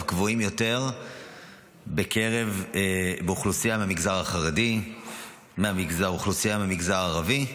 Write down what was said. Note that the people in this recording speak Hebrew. אף גבוהים יותר באוכלוסייה מהמגזר החרדי ובאוכלוסייה מהמגזר הערבי,